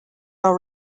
are